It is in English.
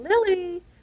Lily